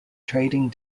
trading